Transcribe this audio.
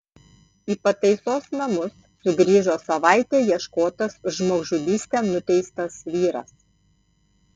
į pataisos namus sugrįžo savaitę ieškotas už žmogžudystę nuteistas vyras